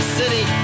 city